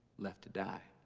left to die.